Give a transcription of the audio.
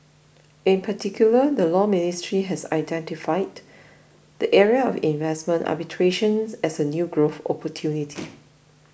in particular the Law Ministry has identified the area of investment arbitration as a new growth opportunity